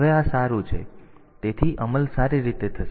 તેથી અમલ સારી રીતે થશે